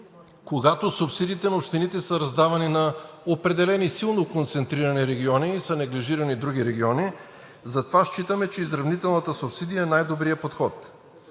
когато субсидиите на общините са раздавани на определени силно концентрирани региони и са неглижирани други региони, затова считаме, че изравнителната субсидия е най-добрият подход.